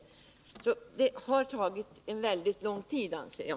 Ärendet har tagit väldigt lång tid, anser jag.